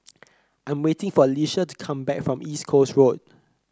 I am waiting for Alecia to come back from East Coast Road